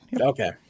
Okay